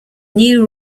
new